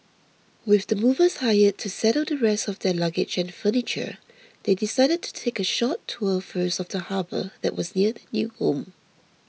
with the movers hired to settle the rest of their luggage and furniture they decided to take a short tour first of the harbour that was near their new home